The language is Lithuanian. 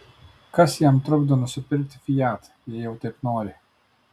kas jam trukdo nusipirkti fiat jei jau taip nori